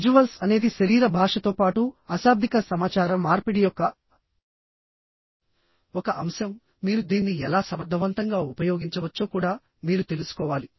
visuals అనేది శరీర భాషతో పాటు అశాబ్దిక సమాచార మార్పిడి యొక్క ఒక అంశంమీరు దీన్ని ఎలా సమర్థవంతంగా ఉపయోగించవచ్చో కూడా మీరు తెలుసుకోవాలి